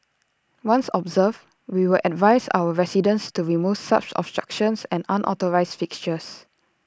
once observed we will advise our residents to remove such obstructions and unauthorised fixtures